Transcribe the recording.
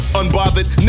unbothered